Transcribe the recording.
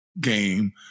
game